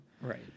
Right